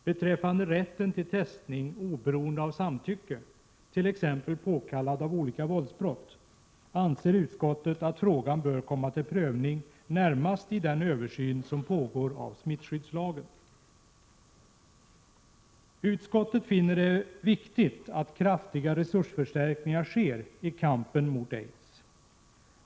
Beträffande rätten till testning oberoende av samtycke, t.ex. testning påkallad av olika våldsbrott, anser utskottet att frågan bör komma till prövning närmast i den pågående översynen av smittskyddslagen. Utskottet finner det viktigt att kraftiga resursförstärkningar sker i kampen mot aids.